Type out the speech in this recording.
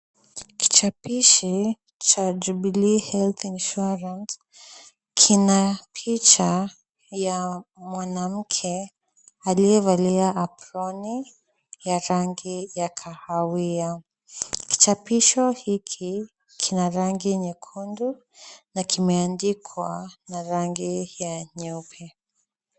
Kichapisho cha Jubilee Health Insurance kina picha ya mwanamke aliyevalia aproni ya rangi ya kahawia. Kichapisho hiki kina rangi nyekundu na kimeandikwa na rangi ya nyeupe.